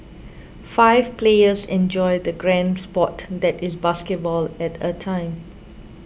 five players enjoy the grand sport that is basketball at a time